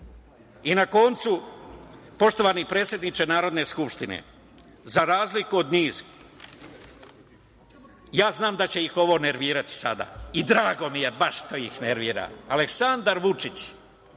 ne. Na koncu, poštovani predsedniče Narodne skupštine, za razliku od njih, ja znam da će ih ovo nervirati sada i drago mi je baš što ih nervira. Aleksandar Vučić